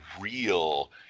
real